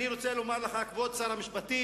אני רוצה לומר לך, כבוד שר המשפטים,